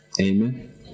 Amen